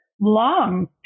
long